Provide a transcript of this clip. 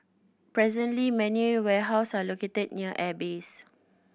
presently many warehouse are located near airbase